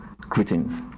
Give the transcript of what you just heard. greetings